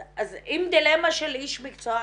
אז אם דילמה של איש מקצוע,